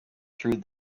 through